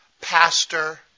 pastor